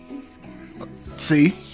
See